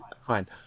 Fine